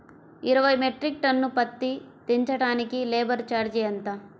ఇరవై metric ton పత్తి దించటానికి లేబర్ ఛార్జీ ఎంత?